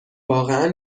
واقعا